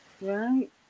right